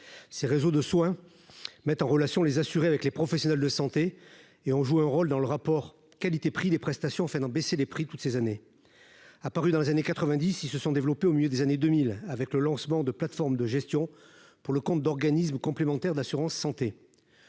ces réseaux de soins mettent en relation les assurés avec les professionnels de santé et on joue un rôle dans le rapport qualité prix des prestations fait en baisser les prix, toutes ces années, a paru dans les années 90 il se sont développées au milieu des années 2000, avec le lancement de plateforme de gestion pour le compte d'organismes complémentaires d'assurance santé